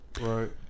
right